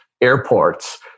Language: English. airports